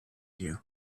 you